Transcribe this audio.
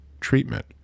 treatment